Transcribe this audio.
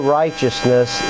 righteousness